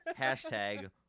Hashtag